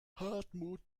hartmut